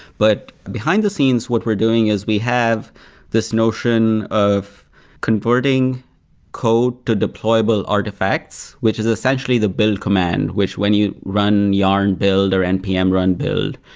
but behind the scenes, what we're doing is we have this notion of converting code to deployable artifacts, which is essentially the build command, which when you run yarn build or npm run build,